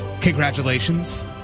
Congratulations